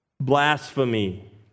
Blasphemy